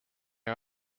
are